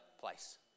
place